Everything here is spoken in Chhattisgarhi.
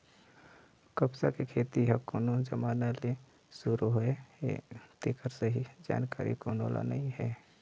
कपसा के खेती ह कोन जमाना ले सुरू होए हे तेखर सही जानकारी कोनो ल नइ हे